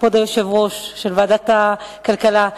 כבוד יושב-ראש ועדת הכלכלה,